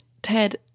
ted